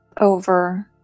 over